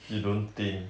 you don't think